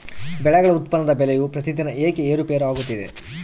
ಬೆಳೆಗಳ ಉತ್ಪನ್ನದ ಬೆಲೆಯು ಪ್ರತಿದಿನ ಏಕೆ ಏರುಪೇರು ಆಗುತ್ತದೆ?